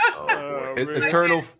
Eternal